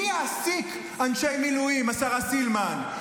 מי יעסיק אנשי מילואים, השרה סילמן?